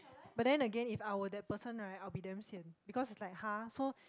but then again if I were that person right I would be damn sian because it's like har so